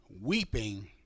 Weeping